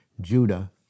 Judah